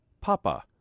Papa